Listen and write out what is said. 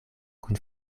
kun